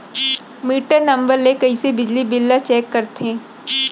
Metre number ले कइसे बिजली बिल ल चेक करथे?